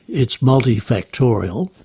it's multi-factorial.